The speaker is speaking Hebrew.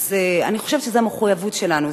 אז אני חושבת שזו המחויבות שלנו,